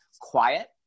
quiet